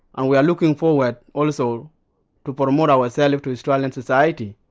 and we are looking forward also to promote ourselves to australian society,